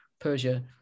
Persia